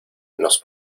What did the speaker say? nos